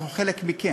אנחנו חלק מכם.